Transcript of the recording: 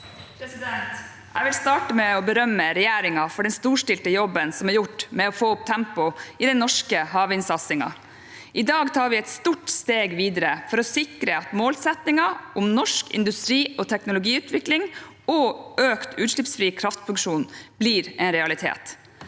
Jeg vil starte med å berømme regjeringen for den storstilte jobben som er gjort med å få opp tempoet i den norske havvindsatsingen. I dag tar vi et stort steg videre for å sikre at målsettingen om norsk industri- og teknologiutvikling og økt utslippsfri kraftproduksjon blir en realitet.